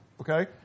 Okay